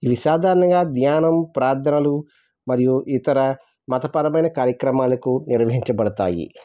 ఇవి సాధారణంగా ధ్యానం ప్రార్ధనలు మరియు ఇతర మతపరమైన కార్యక్రమాలకు నిర్వహించబడతాయి